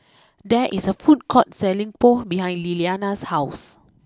there is a food court selling Pho behind Liliana's house